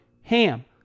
HAM